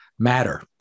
matter